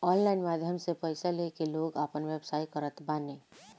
online माध्यम से पईसा लेके लोग आपन व्यवसाय करत बाने